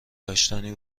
داشتی